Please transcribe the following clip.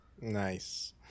Nice